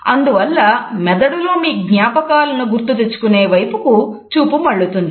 అందువల్ల మెదడులో మీజ్ఞాపకాలను గుర్తుతెచ్చుకునే వైపుకు చూపుమళ్ళుతుంది